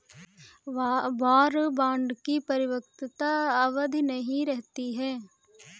war bond की परिपक्वता अवधि नहीं रहती है